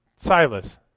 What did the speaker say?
Silas